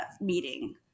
meeting